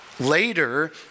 Later